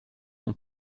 sont